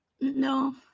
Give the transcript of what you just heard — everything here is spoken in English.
No